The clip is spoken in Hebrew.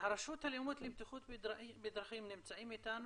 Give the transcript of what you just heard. הרשות הלאומית לבטיחות בדרכים נמצאים איתנו?